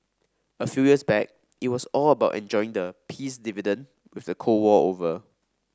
a few years back it was all about enjoying the peace dividend with the Cold War over